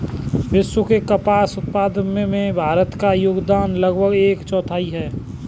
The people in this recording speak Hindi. विश्व के कपास उत्पादन में भारत का योगदान लगभग एक चौथाई है